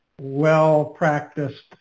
well-practiced